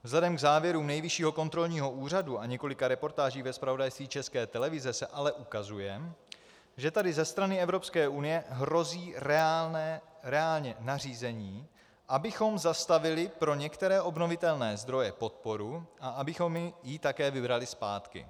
Vzhledem k závěrům Nejvyššího kontrolního úřadu a několika reportážím ve zpravodajství České televize se ale ukazuje, že tady ze strany Evropské unie hrozí reálně nařízení, abychom zastavili pro některé obnovitelné zdroje podporu a abychom ji také vybrali zpátky.